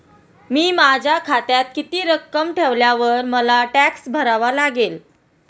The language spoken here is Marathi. मी माझ्या खात्यात किती रक्कम ठेवल्यावर मला टॅक्स भरावा लागेल?